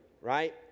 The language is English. right